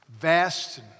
vast